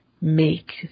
make